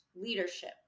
leadership